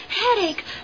headache